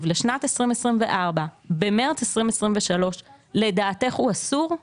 לשנת 2024 במרץ 2023 לדעתך הוא אסור?